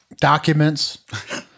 documents